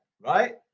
right